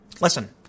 Listen